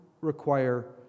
require